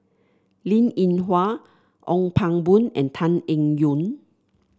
Linn In Hua Ong Pang Boon and Tan Eng Yoon